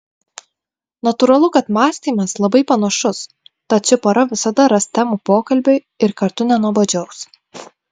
natūralu kad mąstymas labai panašus tad ši pora visada ras temų pokalbiui ir kartu nenuobodžiaus